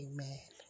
Amen